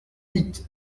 huit